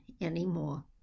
anymore